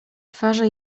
twarze